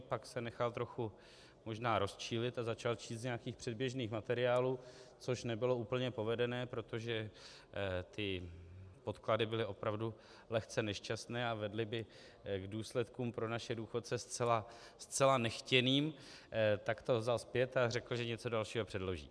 Pak se nechal trochu možná rozčilit a začal číst z nějakých předběžných materiálů, což nebylo úplně povedené, protože podklady byly opravdu lehce nešťastné a vedly by k důsledkům pro naše důchodce zcela nechtěným, tak to vzal zpět a řekl, že něco dalšího předloží.